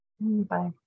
Bye